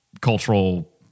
cultural